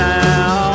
now